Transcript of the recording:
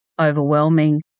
overwhelming